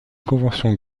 convention